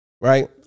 Right